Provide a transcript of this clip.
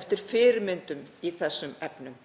eftir fyrirmyndum í þeim efnum.